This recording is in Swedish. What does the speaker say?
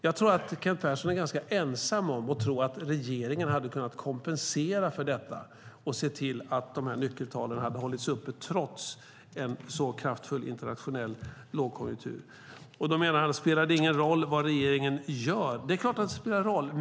Jag tror att Kent Persson är ganska ensam om att tro att regeringen hade kunnat kompensera för detta och se till att nyckeltalen hållits uppe trots en så kraftfull internationell lågkonjunktur. Då menar han: Spelar det ingen roll vad regeringen gör? Det är klart att det spelar roll!